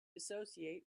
associate